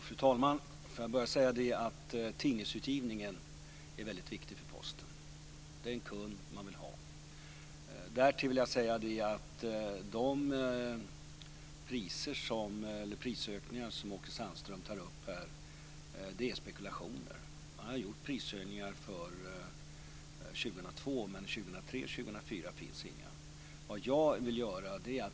Fru talman! Tidningsutgivningen är viktig för Posten. Det är en kund man vill ha. De prisökningar som Åke Sandström tar upp är spekulationer. Det har gjorts prishöjningar för 2002, men för 2003 och 2004 finns inga.